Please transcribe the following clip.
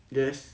yes